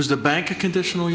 was the bank a conditional